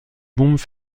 bombes